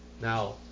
Now